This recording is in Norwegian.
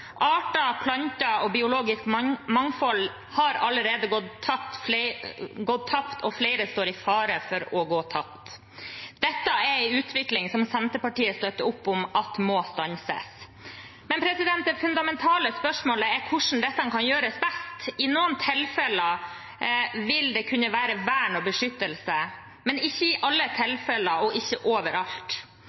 Arter, planter og biologisk mangfold har allerede gått tapt, og flere står i fare for å gå tapt. Dette er en utvikling som Senterpartiet støtter opp om at må stanses. Det fundamentale spørsmålet er hvordan dette kan gjøres best. I noen tilfeller vil det kunne være vern og beskyttelse, men ikke i alle tilfeller og ikke overalt.